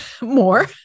more